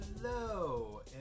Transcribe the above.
Hello